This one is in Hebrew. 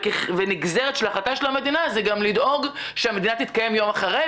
ונגזרת של החלטה של המדינה היא גם לדאוג שהמדינה תתקיים יום אחרי.